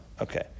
Okay